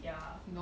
ya